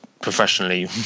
professionally